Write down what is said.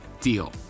deal